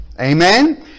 amen